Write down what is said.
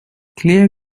clear